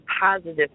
positive